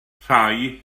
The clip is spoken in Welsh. rhai